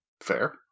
Fair